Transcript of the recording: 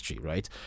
Right